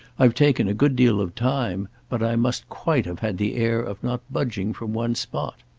i've taken a good deal of time, but i must quite have had the air of not budging from one spot.